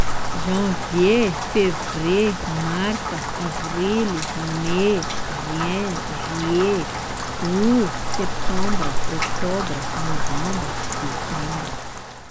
Janvier, Fevrier, Marsa, Avrily, Mey, Juin, Juillet, Août, Septembre, Octobre, Novembre, Decembre